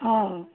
ହଁ